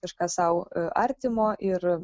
kažką sau artimo ir